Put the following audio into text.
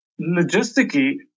logistically